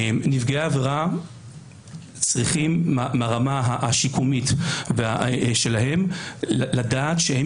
נפגעי עבירה צריכים ברמה השיקומית שלהם לדעת שהם